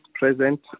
present